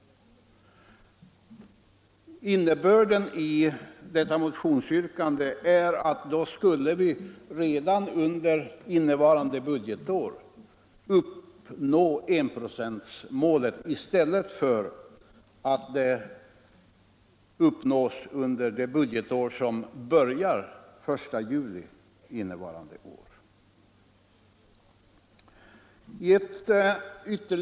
Innebörden i detta motionsyrkande är att vi redan innevarande budgetår skall uppnå enprocentsmålet i stället för under det budgetår som börjar den 1 juli i år.